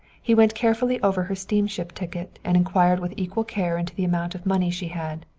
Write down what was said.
he went carefully over her steamship ticket, and inquired with equal care into the amount of money she had.